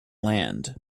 land